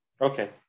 Okay